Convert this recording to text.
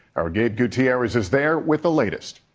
our gabe gutierrez is there with the latest.